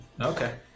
Okay